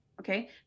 okay